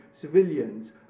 civilians